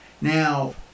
Now